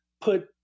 put